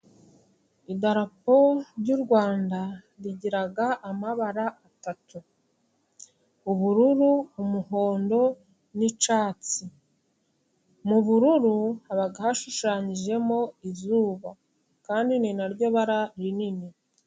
Idarapo ry'u Rwanda rigira amabara atatu: ubururu, umuhondo ni icyatsi, mu ubururu haba hashushanyijemo izuba kandi ni naryo bara rinini.